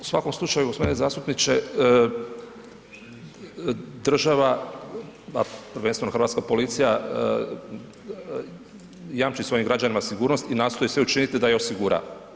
U svakom slučaju g. zastupniče, država a prvenstveno hrvatska policija jamči svojim građanima sigurnost i nastoji sve učiniti da je osigura.